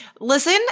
listen